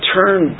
turn